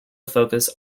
focus